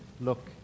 look